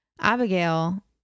Abigail